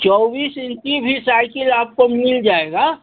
चौबीस इंची भी साइकिल आपको मिल जाएगा